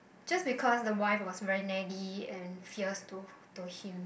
just because the wife was very naggy and fierce to to him